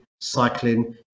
cycling